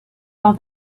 all